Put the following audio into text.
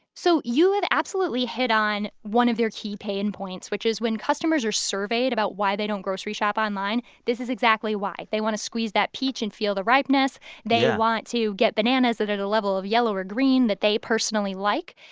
so you have absolutely hit on one of their key pain points, which is when customers are surveyed about why they don't grocery shop online, this is exactly why. they want to squeeze that peach and feel the ripeness yeah they want to get bananas that are at a level of yellow or green that they personally like.